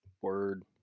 Word